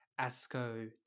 ASCO